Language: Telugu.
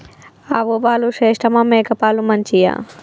ఆవు పాలు శ్రేష్టమా మేక పాలు మంచియా?